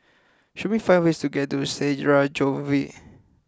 show me five ways to get to Sarajevo